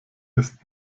ist